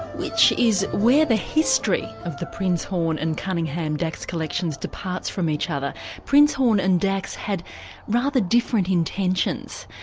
which is where the history of the prinzhorn and cunningham dax collections departs from each other. prinzhorn and dax had rather different intentions,